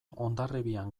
hondarribian